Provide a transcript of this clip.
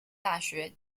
大学